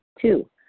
Two